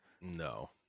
No